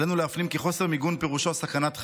עלינו להפנים כי חוסר מיגון פירושו סכנת חיים.